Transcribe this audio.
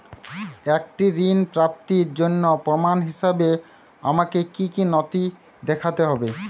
একটি ঋণ প্রাপ্তির জন্য প্রমাণ হিসাবে আমাকে কী কী নথি দেখাতে হবে?